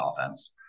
offense